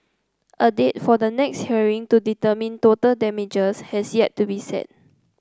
a date for the next hearing to determine total damages has yet to be set